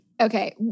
Okay